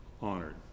honored